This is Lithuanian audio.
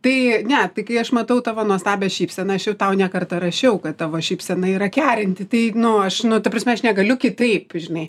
tai ne tai kai aš matau tavo nuostabią šypseną aš jau tau ne kartą rašiau kad tavo šypsena yra kerinti tai nu aš nu ta prasme aš negaliu kitaip žinai